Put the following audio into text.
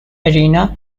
arena